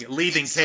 leaving